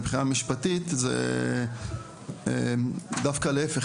מבחינה משפטית זה דווקא להיפך,